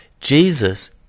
jesus